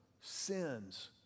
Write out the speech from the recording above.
sins